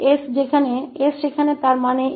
तो अब हमारे पास इस s 1s2s21 का इनवर्स है